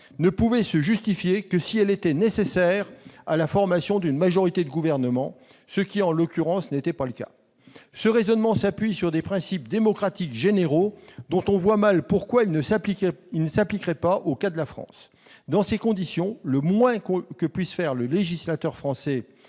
ne pouvait se justifier que si elle était nécessaire à la formation d'une majorité de gouvernement, ce qui, en l'occurrence, n'était pas le cas. Ce raisonnement s'appuie sur des principes démocratiques généraux dont on voit mal pourquoi ils ne s'appliqueraient pas au cas de la France. Dans ces conditions, le moins que puisse faire le législateur français,